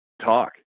talk